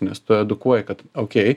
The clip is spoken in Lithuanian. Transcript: nes tu edukuoji kad okei